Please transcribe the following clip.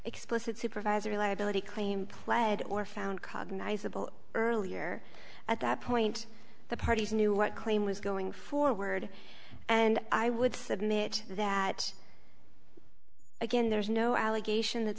explicit supervisory liability claim pled or found cognizable earlier at that point the parties knew what claim was going forward and i would submit that again there's no allegation that